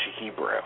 Hebrew